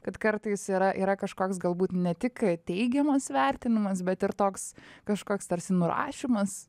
kad kartais yra yra kažkoks galbūt ne tik teigiamas vertinimas bet ir toks kažkoks tarsi nurašymas